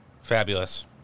Fabulous